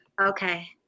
okay